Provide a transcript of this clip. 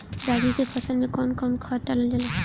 रागी के फसल मे कउन कउन खाद डालल जाला?